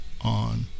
on